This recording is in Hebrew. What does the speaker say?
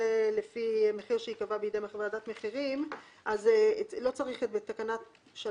תהיה לפי מחיר שיקבע בידי ועדת מחירים אז לא צריך בתקנה 3